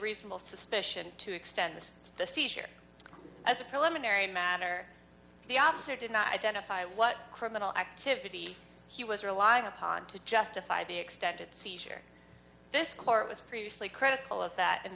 reasonable suspicion to extend the seizure as a preliminary matter the officer did not identify what criminal activity he was relying upon to justify the extended seizure this court was previously critical of that